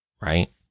right